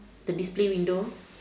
the display window